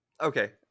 Okay